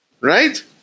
Right